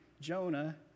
Jonah